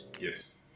Yes